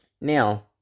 Now